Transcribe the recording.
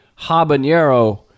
habanero